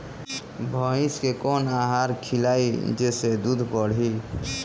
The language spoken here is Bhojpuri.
भइस के कवन आहार खिलाई जेसे दूध बढ़ी?